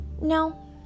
No